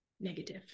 Negative